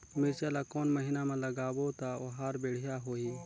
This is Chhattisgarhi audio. मिरचा ला कोन महीना मा लगाबो ता ओहार बेडिया होही?